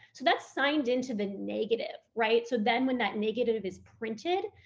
so that's signed into the negative, right? so then when that negative is printed,